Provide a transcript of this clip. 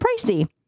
pricey